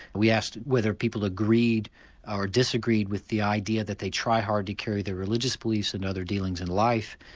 we asked whether people agreed or disagreed with the idea that they try hard to carry their religious beliefs in and other dealings in life.